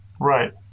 Right